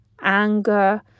anger